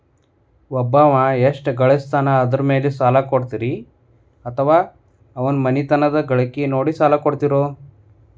ಒಬ್ಬವ ಎಷ್ಟ ಗಳಿಸ್ತಾನ ಅದರ ಮೇಲೆ ಸಾಲ ಕೊಡ್ತೇರಿ ಅಥವಾ ಅವರ ಮನಿತನದ ಗಳಿಕಿ ನೋಡಿ ಸಾಲ ಕೊಡ್ತಿರೋ?